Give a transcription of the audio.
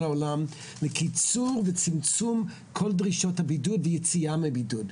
העולם לקיצור וצמצום כל דרישות הבידוד והתנאים ליציאה מבידוד,